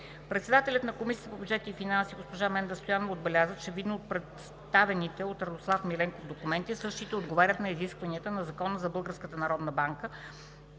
Председателят на Комисията по бюджет и финанси госпожа Менда Стоянова отбеляза, че видно от представените от Радослав Миленков документи, същите отговарят на изискванията на Закона за